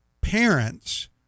parents